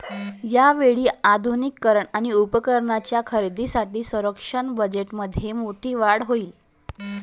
यावेळी आधुनिकीकरण आणि उपकरणांच्या खरेदीसाठी संरक्षण बजेटमध्ये मोठी वाढ होईल